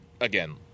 again